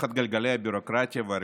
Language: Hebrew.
תחת גלגלי הביורוקרטיה והרגולציה.